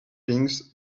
things